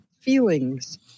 feelings